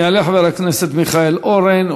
יעלה חבר הכנסת מיכאל אורן,